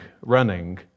running